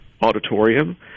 auditorium